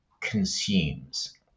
consumes